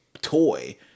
toy